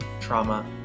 trauma